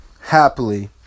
happily